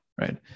Right